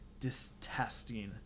distesting